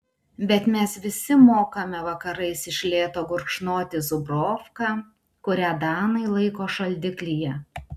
bet mes visi mokame vakarais iš lėto gurkšnoti zubrovką kurią danai laiko šaldiklyje